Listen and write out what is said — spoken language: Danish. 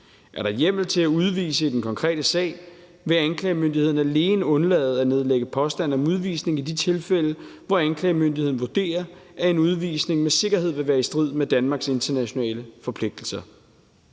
Er der hjemmel til at udvise i den konkrete sag, vil anklagemyndigheden alene undlade at nedlægge påstand om udvisning i de tilfælde, hvor anklagemyndigheden vurderer, at en udvisning med sikkerhed vil være i strid med Danmarks internationale forpligtelser.